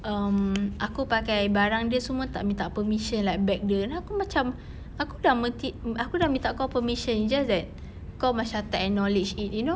um aku pakai barang dia semua tak minta permission like bag dia kenapa macam aku sudah make it aku sudah minta kau permission it's just that kau macam tak acknowledge it you know